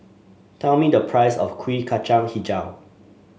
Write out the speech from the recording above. tell me the price of Kuih Kacang hijau